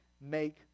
make